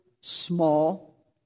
small